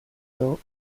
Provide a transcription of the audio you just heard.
grow